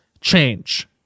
change